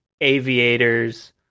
aviators